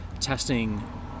testing